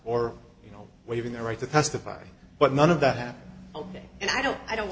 or you know waiving the right to testify but none of that happened ok and i don't i don't